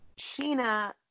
Sheena